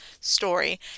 story